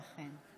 אכן.